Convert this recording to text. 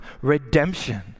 redemption